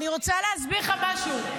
אני רוצה להסביר לך משהו.